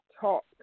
talk